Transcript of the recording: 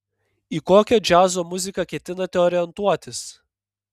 į kokią džiazo muziką ketinate orientuotis